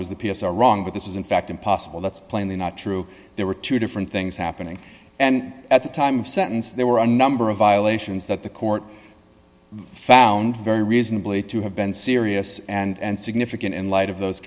was the p s are wrong but this is in fact impossible that's plainly not true there were two different things happening and at the time of sentence there were a number of violations that the court found very reasonably to have been serious and significant in light of those